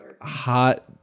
hot